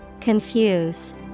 Confuse